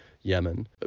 Yemen